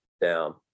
down